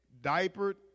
diapered